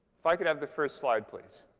if i could have the first slide, please